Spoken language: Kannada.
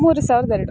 ಮೂರು ಸಾವಿರದ ಎರಡು